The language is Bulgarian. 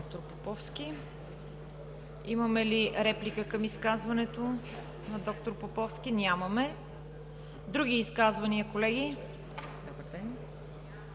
д-р Поповски. Имаме ли реплика към изказването на д-р Поповски? Нямаме. Други изказвания, колеги? Няма